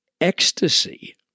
ecstasy